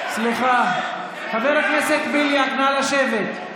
חבר הכנסת בליאק, נא לשבת.